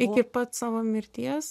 iki pat savo mirties